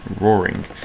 roaring